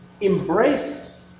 embrace